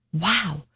Wow